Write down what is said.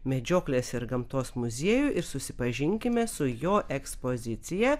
medžioklės ir gamtos muziejų ir susipažinkime su jo ekspozicija